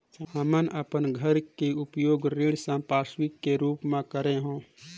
हमन अपन घर के उपयोग ऋण संपार्श्विक के रूप म करे हों